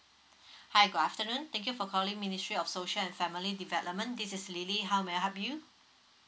hi good afternoon thank you for calling ministry of social and family development this is lily how may I help you